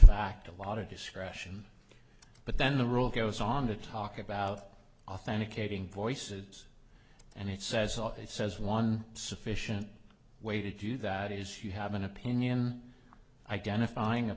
fact a lot of discretion but then the rule goes on to talk about authenticating voices and it says all it says one sufficient way to do that is you have an opinion identifying a